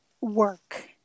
work